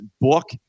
book